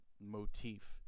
motif